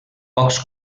pocs